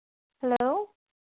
hello